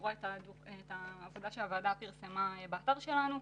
לקרוא את העבודה שהוועדה פרסמה באתר שלנו.